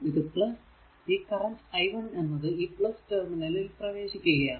ഇത് ഈ current i1 എന്നത് ഈ ടെർമിനലിൽ പ്രവേശിക്കുകയാണ്